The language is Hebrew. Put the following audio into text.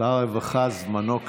שר הרווחה, זמנו קצר.